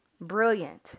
brilliant